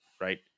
right